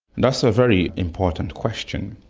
and so very important question.